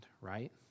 right